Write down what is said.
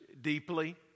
deeply